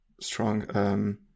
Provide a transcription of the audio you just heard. strong